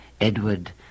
Edward